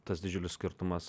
tas didžiulis skirtumas